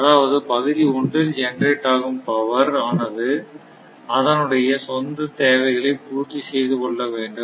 அதாவது பகுதி ஒன்றில் ஜெனரேட் ஆகும் பவர் ஆனது அதனுடைய சொந்த தேவைகளை பூர்த்தி செய்து கொள்ள வேண்டும்